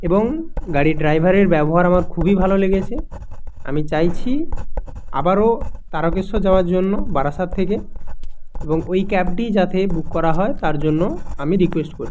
এবং গাড়ির ড্রাইভারের ব্যবহার আমার খুবই ভালো লেগেছে আমি চাইছি আবারও তারকেশ্বর যাওয়ার জন্য বারাসাত থেকে এবং ওই ক্যাবটিই যাতে বুক করা হয় তার জন্য আমি রিকুয়েস্ট করছি